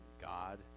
God